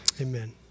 Amen